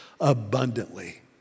abundantly